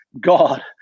God